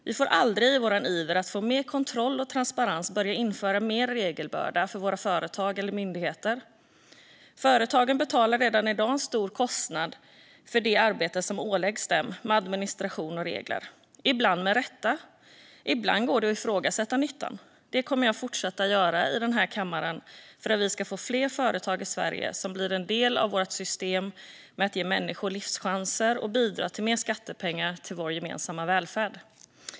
Vi får aldrig i vår iver att få mer kontroll och transparens börja införa mer regelbörda för våra företag eller myndigheter. Företagen betalar redan i dag en stor kostnad för det arbete som åläggs dem med administration och regler. Ibland görs det med rätta; ibland går det att ifrågasätta nyttan. Det kommer jag att fortsätta göra i denna kammare för att vi ska få fler företag i Sverige som blir en del av vårt system med att ge människor livschanser och som bidrar till mer skattepengar till vår gemensamma välfärd.